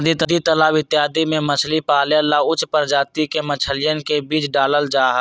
नदी तालाब इत्यादि में मछली पाले ला उच्च प्रजाति के मछलियन के बीज डाल्ल जाहई